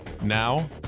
Now